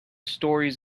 stories